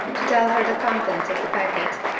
to tell her the contents of the packet,